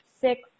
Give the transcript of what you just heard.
six